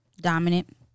Dominant